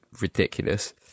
ridiculous